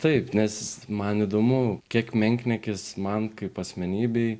taip nes man įdomu kiek menkniekis man kaip asmenybei